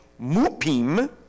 Mupim